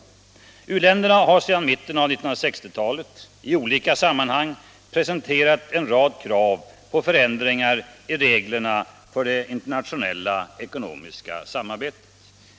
Internationellt utvecklingssamar U-länderna har sedan mitten av 1960-talet i olika sammanhang presenterat en rad krav på förändringar i reglerna för det internationella ekonomiska samarbetet.